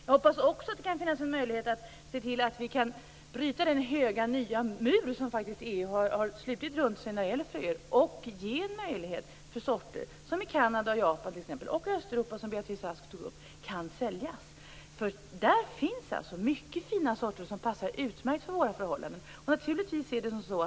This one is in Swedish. Jag hoppas också att det kan finnas en möjlighet att se till att vi kan bryta den höga nya mur som EU har slutit runt sig när det gäller fröer och ge en möjlighet för sorter som finns i t.ex. Kanada och Japan och i Östeuropa, som Beatrice Ask nämnde, och som kan säljas. Där finns mycket fina sorter som passar utmärkt för våra förhållanden.